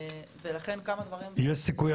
יש סיכוי,